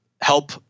help